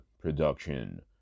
production